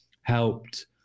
helped